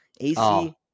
AC